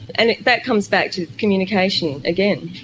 and that comes back to communication again.